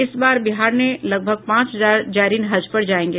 इस बार बिहार से लगभग पांच हजार जायरीन हज पर जायेंगे